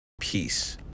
Peace